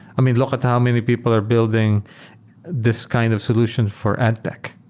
i mean, look at how many people are building this kind of solutions for adtech.